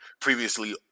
previously